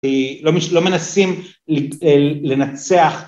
‫לא מנסים לנצח.